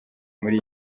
muri